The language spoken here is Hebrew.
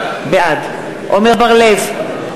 בעד עמר בר-לב,